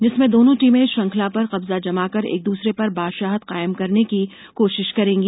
जिसमें दोनों टीमे श्रृखंला पर कब्जा जमा कर एक दूसरे पर बादशाहत कायम करने की कोशिश करेगी